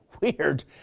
Weird